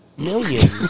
million